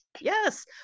yes